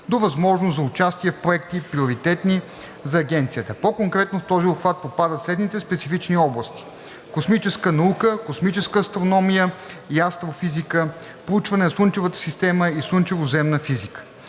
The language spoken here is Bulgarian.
до възможност за участие в проекти, приоритетни за Агенцията. По-конкретно, в този обхват попадат следните специфични области: - Космическа наука – космическа астрономия и астрофизика, проучване на Слънчевата система и слънчево-земна физика;